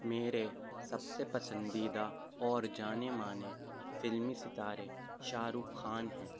میرے سب سے پسندیدہ اور جانے مانے فلمی ستارے شاہ رخ خان ہیں